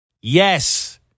Yes